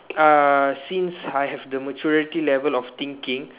uh since I have the maturity level of thinking